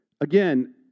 Again